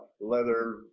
leather